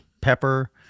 pepper